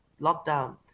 lockdown